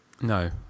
No